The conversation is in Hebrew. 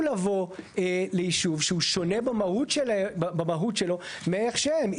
לבוא לישוב שהוא שונה במהות שלו מאיך שהם.